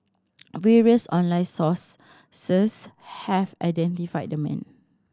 various online source have identified the man